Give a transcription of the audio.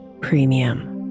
premium